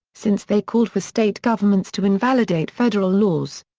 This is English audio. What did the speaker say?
since they called for state governments to invalidate federal laws.